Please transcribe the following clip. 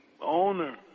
owner